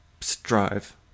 strive